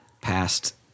past